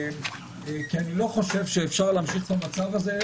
אני לא חושב שאפשר להמשיך את המצב הזה.